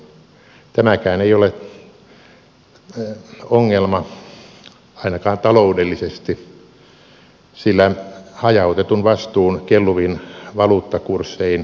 tämäkään ei ole ongelma ainakaan taloudellisesti sillä hajautetun vastuun kelluvin valuuttakurssein tiedetään toimivan